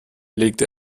legte